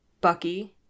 bucky